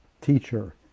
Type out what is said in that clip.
teacher